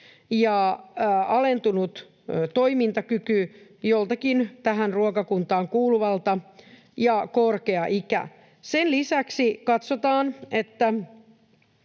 ja alentunut toimintakyky joltakin tähän ruokakuntaan kuuluvalta ja korkea ikä. Sen lisäksi katsotaan, että